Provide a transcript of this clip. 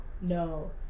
No